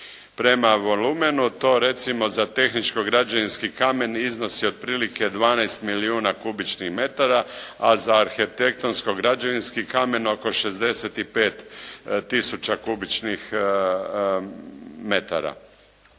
Prema volumenu to recimo za tehničko-građevinski kamen iznosi otprilike 12 milijuna kubičnih metara a za arhitektonsko-građevinski kamen oko 65 tisuća kubičnih metara.